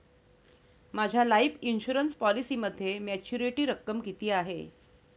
माझ्या life insurance पॉलिसीमध्ये maturity रक्कम किती आहे?